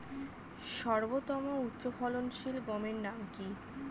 সর্বতম উচ্চ ফলনশীল গমের নাম কি?